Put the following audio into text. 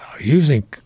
using